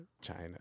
China